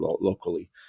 locally